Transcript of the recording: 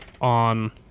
on